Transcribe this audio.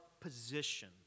position